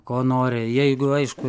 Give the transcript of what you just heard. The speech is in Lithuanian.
ko nori jeigu aišku